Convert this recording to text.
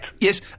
Yes